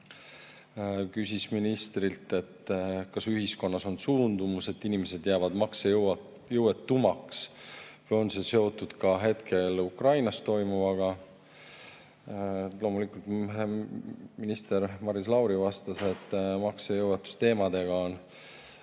küsis ministrilt, kas ühiskonnas on suundumus, et inimesed jäävad maksejõuetumaks, ja [kui on], siis kas see on seotud ka Ukrainas toimuvaga. Loomulikult minister Maris Lauri vastas, et maksejõuetuse teemadega on